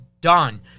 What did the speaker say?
done